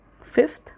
Fifth